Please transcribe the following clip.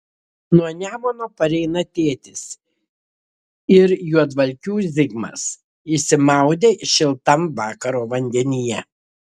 nuo nemuno pareina tėtis ir juodvalkių zigmas išsimaudę šiltam vakaro vandenyje